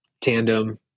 tandem